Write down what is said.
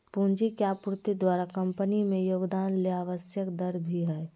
पूंजी के आपूर्ति द्वारा कंपनी में योगदान ले आवश्यक दर भी हइ